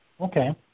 Okay